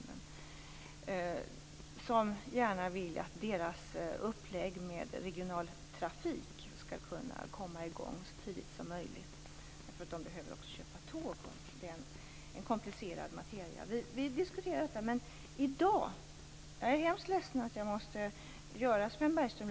De ville gärna att deras upplägg med regionaltrafik skall kunna komma i gång så tidigt som möjligt, eftersom de då också behöver köpa tåg och det är en komplicerad materia.